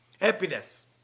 Happiness